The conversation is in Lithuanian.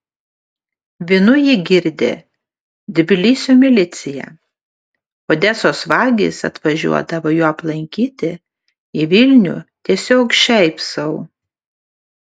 vynu jį girdė tbilisio milicija odesos vagys atvažiuodavo jo aplankyti į vilnių tiesiog šiaip sau